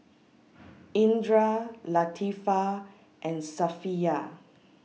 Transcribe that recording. Indra Latifa and Safiya